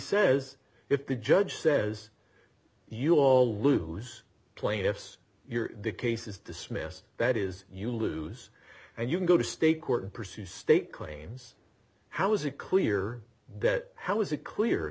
says if the judge says you all lose plaintiffs your case is dismissed that is you lose and you can go to state court and pursue state claims how is it clear that how is it clear